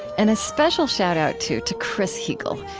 and a special shout-out too, to chris heagle,